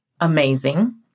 amazing